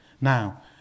Now